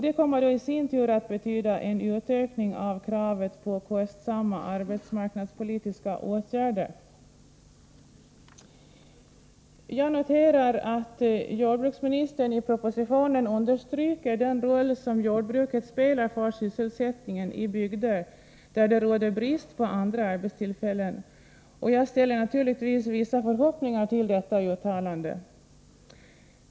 Det kommer i sin tur att betyda en utökning av kravet på kostsamma ärbetsmarknadspolitiska åtgärder. Jag noterar att jordbruksministern i propositionen understryker den roll som jordbruket spelar för sysselsättningen i de bygder där det råder brist på andra arbetstillfällen, och detta uttalande ger mig naturligtvis vissa förhoppningar.